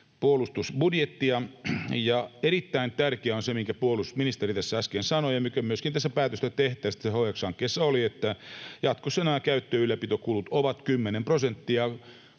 puolustusbudjettia, ja erittäin tärkeää on se, minkä puolustusministeri tässä äsken sanoi ja mikä myöskin päätöstä tehtäessä tässä HX-hankkeessa oli, että jatkossa nämä käyttö- ja ylläpitokulut ovat 10 prosenttia